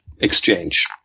exchange